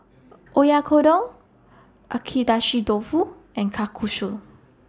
Oyakodon Agedashi Dofu and Kalguksu